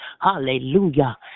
Hallelujah